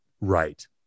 right